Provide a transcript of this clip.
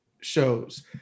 shows